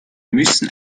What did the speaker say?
müssen